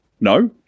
No